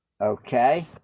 okay